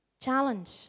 challenge